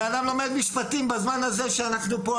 הבן אדם לומד משפטים בזמן הזה שאנחנו פה.